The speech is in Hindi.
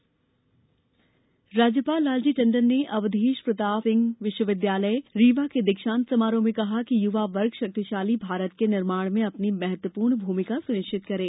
राज्यपाल टंडन राज्यपाल लालजी टंडन ने अवधेश प्रताप सिंह विश्वविद्यालय रीवा के दीक्षांत समारोह में कहा कि युवा वर्ग शक्तिशाली भारत के निर्माण में अपनी महत्वपूर्ण भूमिका सुनिश्चित करे